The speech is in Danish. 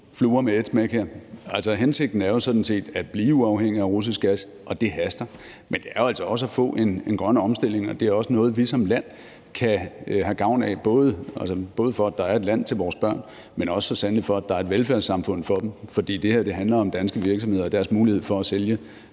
fluer med et smæk her. Hensigten er jo sådan set at blive uafhængige af russisk gas, og det haster, men det er altså også at få en grøn omstilling. Og det er også noget, vi som land kan have gavn af, både for at der er et land til vores børn, men så sandelig også for at der er et velfærdssamfund for dem. For det her handler om danske virksomheder og deres mulighed for at sælge